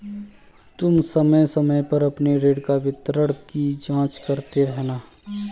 तुम समय समय पर अपने ऋण विवरण की जांच करते रहना